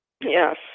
Yes